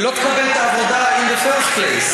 היא לא תקבל את העבודה in the first place,